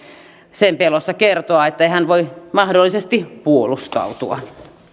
sen pelossa kertoa ettei hän voi mahdollisesti puolustautua